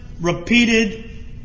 repeated